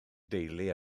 deulu